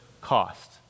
cost